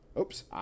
oops